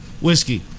whiskey